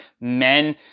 Men